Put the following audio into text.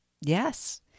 Yes